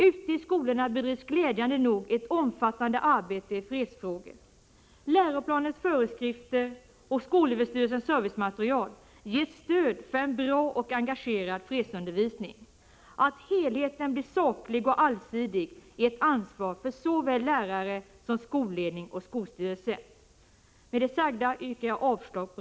Ute i skolorna bedrivs glädjande nog ett omfattande arbete i fredsfrågor. Läroplanens föreskrifter och skolöverstyrelsens servicematerial ger stöd för en bra och engagerad fredsundervisning. Att helheten blir saklig och allsidig är ett ansvar för såväl lärare som skolledning och skolstyrelse.